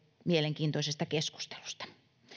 mielenkiintoisesta keskustelusta